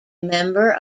member